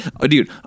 Dude